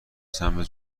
سمت